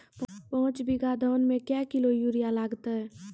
पाँच बीघा धान मे क्या किलो यूरिया लागते?